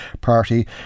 party